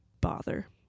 bother